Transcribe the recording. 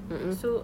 mm mm